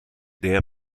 der